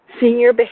senior